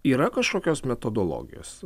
yra kažkokios metodologijos